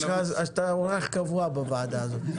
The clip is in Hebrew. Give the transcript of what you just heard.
אתה אורח קבוע בוועדה הזאת.